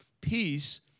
peace